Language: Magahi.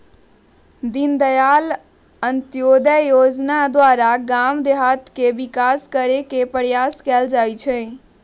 दीनदयाल अंत्योदय जोजना द्वारा गाम देहात के विकास करे के प्रयास कएल जाइ छइ